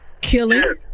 killing